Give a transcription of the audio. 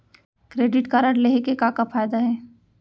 Credit card लेहे के का का फायदा हे?